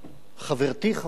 חברתי חברת הכנסת,